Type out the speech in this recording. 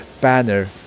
banner